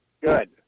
Good